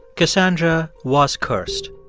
cassandra was cursed.